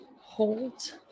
hold